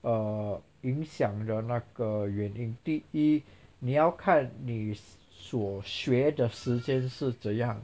err 影响的那个原因第一你要看你所学的时间是怎样